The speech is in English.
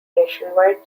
nationwide